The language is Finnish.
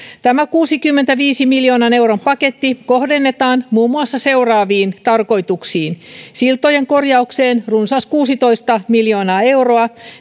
tämä kuudenkymmenenviiden miljoonan euron paketti kohdennetaan muun muassa seuraaviin tarkoituksiin siltojen korjaukseen runsas kuusitoista miljoonaa euroa